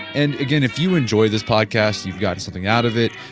and again if you enjoy this podcast, you've got something out of it,